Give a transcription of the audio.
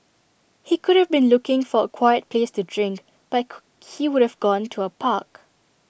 he could have been looking for A quiet place to drink but he would've gone to A park